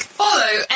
follow